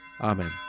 Amen